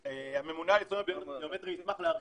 הממונה על --- ביומטרי ישמח להרחיב,